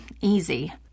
easy